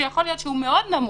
שיכול להיות שהוא מאוד נמוך,